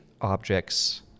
objects